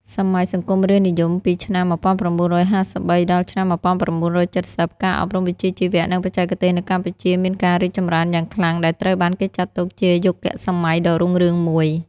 សម័យសង្គមរាស្ត្រនិយម ពីឆ្នាំ ១៩៥៣ ដល់ឆ្នាំ ១៩៧០ ការអប់រំវិជ្ជាជីវៈ និងបច្ចេកទេសនៅកម្ពុជាមានការរីកចម្រើនយ៉ាងខ្លាំង ដែលត្រូវបានគេចាត់ទុកជាយុគសម័យដ៏រុងរឿងមួយ។